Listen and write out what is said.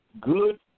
good